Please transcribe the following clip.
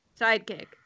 Sidekick